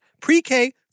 pre-K